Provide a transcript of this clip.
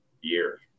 year